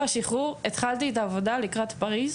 השחרור התחלתי את העבודה לקראת פריז,